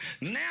Now